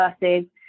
versus